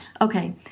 okay